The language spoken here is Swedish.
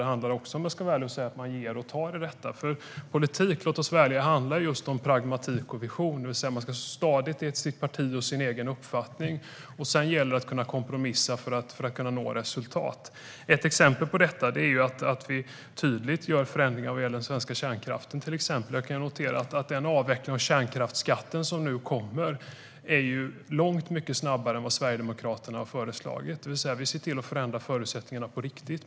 Det handlar - om jag ska vara ärlig - också om att man ger och tar. Politik - låt oss vara ärliga - handlar just om pragmatik och vision. Man ska stå stadigt i sitt parti och i sin egen uppfattning. Sedan gäller det att kunna kompromissa för att nå resultat. Ett exempel på detta är att vi tydligt gör förändringar vad gäller den svenska kärnkraften. Jag kan notera att den avveckling av kärnkraftsskatten som nu kommer är långt mycket snabbare än vad Sverigedemokraterna har föreslagit. Vi ser till att förändra förutsättningarna på riktigt.